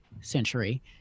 century